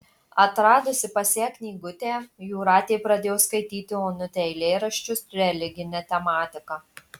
atradusi pas ją knygutę jūratė pradėjo skaityti onutei eilėraščius religine tematika